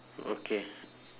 okay